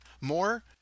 More